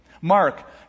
Mark